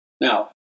Now